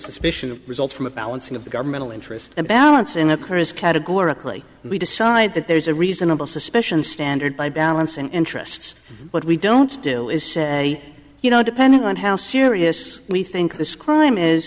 suspicion of results from a balancing of the governmental interest and balance in occurs categorically we decide that there's a reasonable suspicion standard by balancing interests but we don't do is say you know depending on how serious we think this crime is